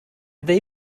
they